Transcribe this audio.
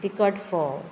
तिकट फोव